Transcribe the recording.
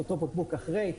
את אותו בקבוק אחרי,